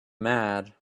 mad